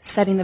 setting the